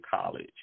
college